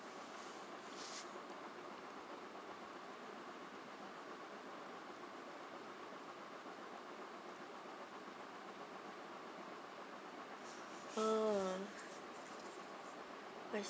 ah I see